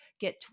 Get